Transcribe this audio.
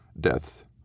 death